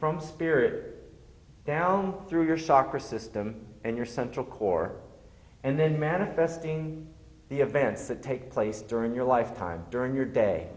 from spirit down through your soccer system and your central core and then manifesting the events that take place during your lifetime during your day